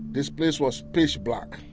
this place was pitch black.